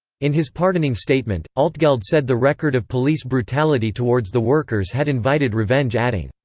in his pardoning statement, altgeld said the record of police brutality towards the workers had invited revenge adding,